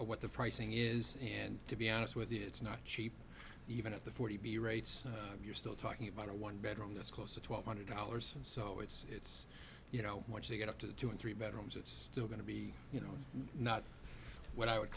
what the pricing is and to be honest with you it's not cheap even at the forty p rates you're still talking about a one bedroom that's close to twelve hundred dollars so it's it's you know once they get up to two or three bedrooms it's still going to be you know not what i would